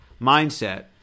mindset